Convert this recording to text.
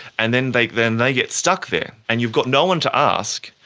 and then they then they get stuck there, and you've got no one to ask.